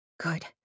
Good